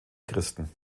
christen